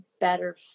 better